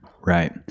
right